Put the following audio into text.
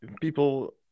people